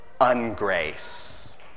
ungrace